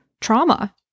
trauma